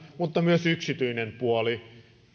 mutta myös yksityinen puoli